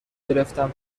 گرفتم